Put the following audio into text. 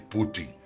Putin